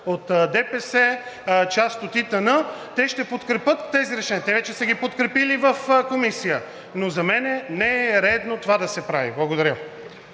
от ДПС, част от ИТН, те ще подкрепят тези решения. Те вече са ги подкрепили в Комисията, но за мен не е редно това да се прави. Благодаря.